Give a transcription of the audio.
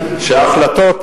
שההחלטות,